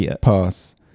pass